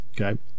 Okay